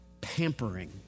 pampering